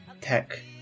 tech